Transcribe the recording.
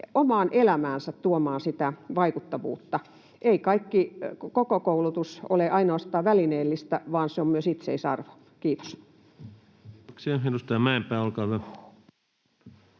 omaan elämäänsä tuomaan sitä vaikuttavuutta. Ei kaikki koulutus ole ainoastaan välineellistä, vaan se on myös itseisarvo. — Kiitos.